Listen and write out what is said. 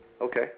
Okay